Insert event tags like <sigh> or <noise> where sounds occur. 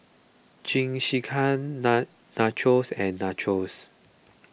Jingisukan <unintelligible> Nachos and Nachos